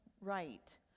right